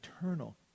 eternal